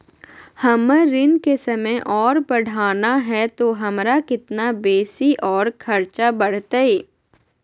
हमर ऋण के समय और बढ़ाना है तो हमरा कितना बेसी और खर्चा बड़तैय?